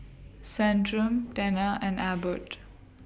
Centrum Tena and Abbott